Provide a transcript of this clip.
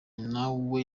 nawe